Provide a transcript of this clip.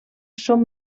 són